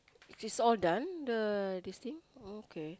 which is all done the these things okay